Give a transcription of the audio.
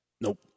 Nope